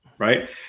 Right